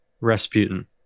Rasputin